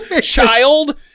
child